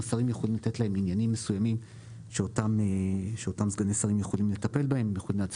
השרים יכולים לתת להם --- שאותם סגני שרים יכולים לטפל בהם ולתת